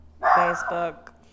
Facebook